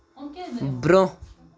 برٛونٛہہ